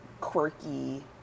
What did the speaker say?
quirky